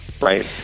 Right